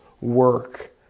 work